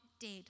dead